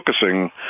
focusing